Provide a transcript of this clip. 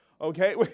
Okay